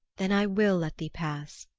then i will let thee pass,